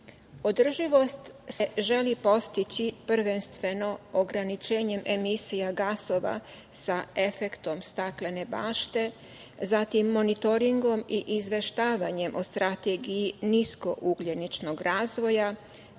Održivost se želi postići prvenstveno ograničenjem emisija gasova sa efektom staklene bašte, zatim monitoringom i izveštavanjem o strategiji nisko-ugljeničnog razvoja,